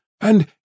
and